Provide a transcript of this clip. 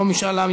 יום משאל עם,